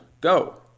go